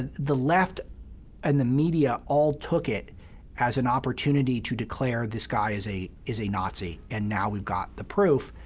ah the left and the media all took it as an opportunity to declare this guy is a is a nazi, and now we've got the proof.